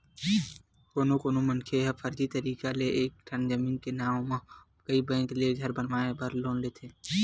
कोनो कोनो मनखे ह फरजी तरीका ले एके ठन जमीन के नांव म कइ बेंक ले घर बनाए बर लोन लेथे